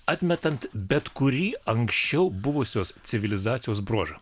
atmetant bet kurį anksčiau buvusios civilizacijos bruožą